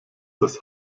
das